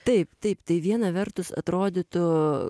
taip taip tai viena vertus atrodytų